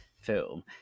film